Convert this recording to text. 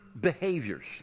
behaviors